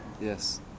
Yes